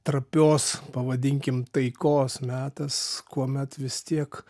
trapios pavadinkim taikos metas kuomet vis tiek